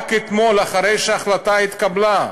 רק אתמול, אחרי שההחלטה התקבלה.